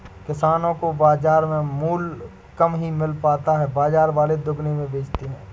किसानो को बाजार में मूल्य कम ही मिल पाता है बाजार वाले दुगुने में बेचते है